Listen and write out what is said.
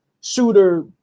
shooter